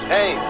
Hey